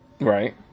Right